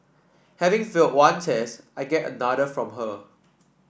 having feel one test I get another from her